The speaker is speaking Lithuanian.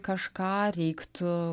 kažką reiktų